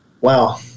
Wow